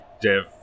dev